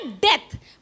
death